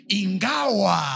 ingawa